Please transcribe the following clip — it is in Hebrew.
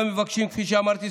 כפי שאמרתי,